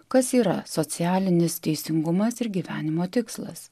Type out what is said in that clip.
kas yra socialinis teisingumas ir gyvenimo tikslas